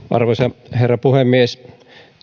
arvoisa herra puhemies